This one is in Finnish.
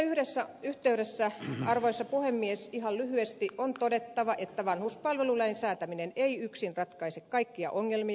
tässä yhteydessä arvoisa puhemies on ihan lyhyesti todettava että vanhuspalvelulain säätäminen ei yksin ratkaise kaikkia ongelmia